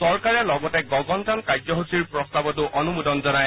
চৰকাৰে লগতে গগনযান কাৰ্য্যসূচীৰ প্ৰস্তাৱতো অনুমোদন জনায়